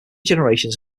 generations